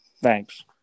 Thanks